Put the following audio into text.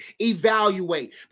Evaluate